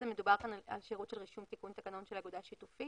מדובר כאן על שירות של רישום תיקון תקנון של אגודה שיתופית.